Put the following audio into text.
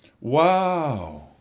Wow